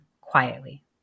quietly